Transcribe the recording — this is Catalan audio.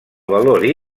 valor